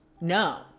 no